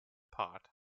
part